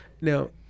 Now